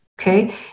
Okay